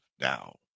now